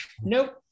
nope